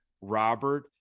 Robert